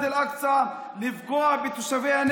לפגוע במסגד אל-אקצא,